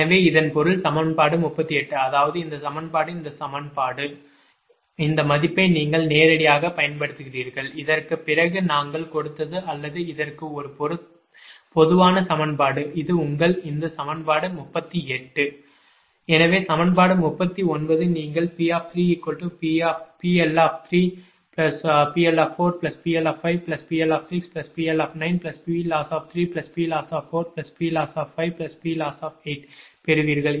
எனவே இதன் பொருள் சமன்பாடு 38 அதாவது இந்த சமன்பாடு இந்த சமன்பாடு சரி இந்த மதிப்பை நீங்கள் நேரடியாகப் பயன்படுத்துகிறீர்கள் இதற்குப் பிறகு நாங்கள் கொடுத்தது அல்லது இதற்கு ஒரு பொதுவான சமன்பாடு இது உங்கள் இந்த சமன்பாடு 38 எனவே சமன்பாடு 39 நீங்கள் PPLPLPLPLPLPlossPlossPlossPloss பெறுவீர்கள்